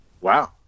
Wow